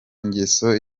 ngeso